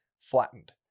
flattened